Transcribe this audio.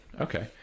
okay